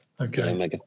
okay